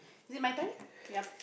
is it my turn yup